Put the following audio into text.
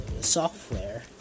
software